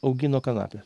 augino kanapes